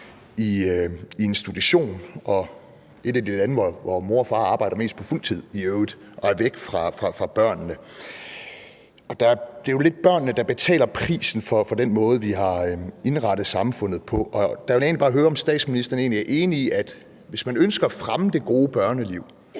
et af de lande, hvor mor og far arbejder mest på fuld tid og er væk fra børnene. Og det er jo lidt børnene, der betaler prisen for den måde, vi har indrettet samfundet på, og jeg ville bare høre, om statsministeren er enig i, at hvis man ønsker at fremme det gode børneliv,